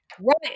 Right